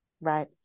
Right